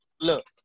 Look